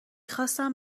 خواستم